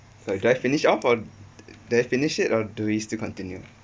so do I finish off or do I finish it or do we still continue